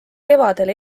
kevadel